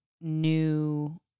new